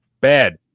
bad